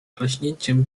klaśnięciem